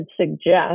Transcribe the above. suggest